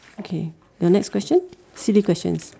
okay your next question silly questions